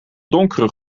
donkere